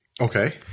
Okay